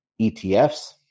ETFs